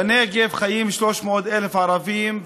בנגב חיים 300,000 ערבים,